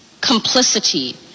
complicity